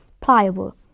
Pliable